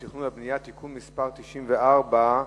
התכנון והבנייה (תיקון מס' 94),